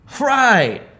Right